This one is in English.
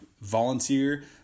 volunteer